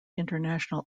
international